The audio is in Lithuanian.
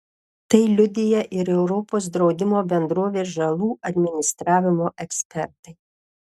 tai liudija ir europos draudimo bendrovės žalų administravimo ekspertai